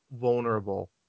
vulnerable